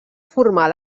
formar